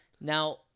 now